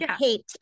Kate